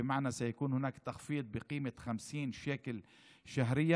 כלומר תהיה הנחה של 50 שקל בחודש.